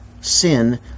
sin